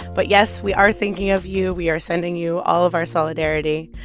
but, yes, we are thinking of you. we are sending you all of our solidarity.